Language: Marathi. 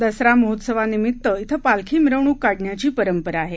दसरा महोत्सवानिमित्त इथं पालखी मिरवणूक काढण्याची परंपरा आहे